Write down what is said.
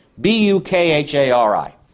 B-U-K-H-A-R-I